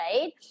right